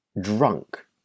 drunk